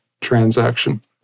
transaction